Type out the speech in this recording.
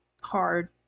hard